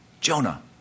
Jonah